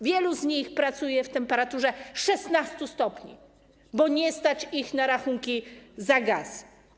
Wiele z nich pracuje w temperaturze 16 stopni, bo nie stać ich na rachunki za gaz.